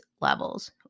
levels